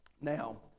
now